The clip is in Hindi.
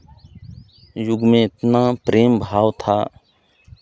युग में इतना प्रेम भाव था